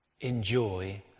enjoy